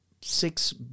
six